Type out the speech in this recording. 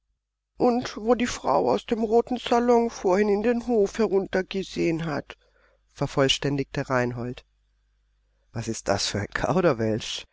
und wo die frau aus dem roten salon vorhin in den hof heruntergesehen hat vervollständigte reinhold was ist das für ein kauderwelsch